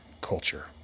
culture